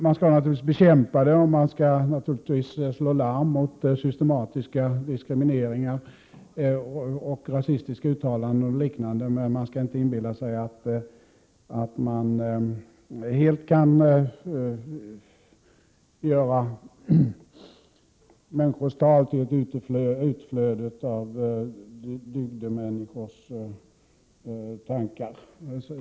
Man skall naturligtvis bekämpa det, och man skall naturligtvis slå larm om systematisk diskriminering, rasistiska uttalanden och liknande, men man skall inte inbilla sig att man helt kan göra människors tal till ett utflöde av ett dygdemönsters tankar.